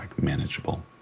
manageable